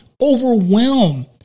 overwhelm